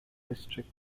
district